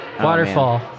Waterfall